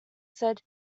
said